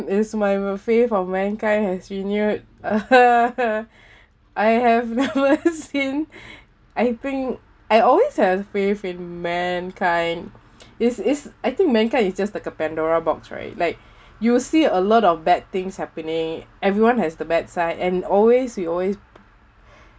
is my faith of mankind has renewed I have never seen I think I always have believed in mankind is is I think mankind is just like a pandora box right like you'll see a lot of bad things happening everyone has the bad side and always we always